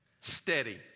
steady